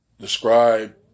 describe